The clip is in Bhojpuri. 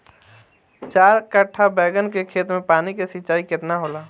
चार कट्ठा बैंगन के खेत में पानी के सिंचाई केतना होला?